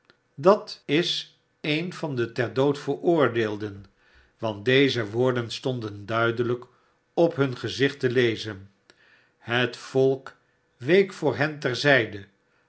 dat is een van de ter dood veroordeelden want deze woorden stonden duidelijk op hun gezicht te lezen het volk week voor hen